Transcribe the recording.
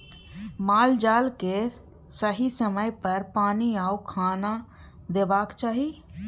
माल जाल केँ सही समय पर पानि आ खाना देबाक चाही